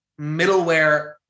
middleware